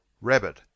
Rabbit